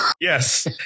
Yes